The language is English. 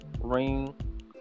ring